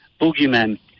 boogeyman